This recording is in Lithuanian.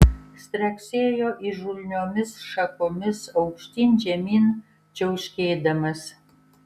straksėjo įžulniomis šakomis aukštyn žemyn čiauškėdamas